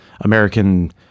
american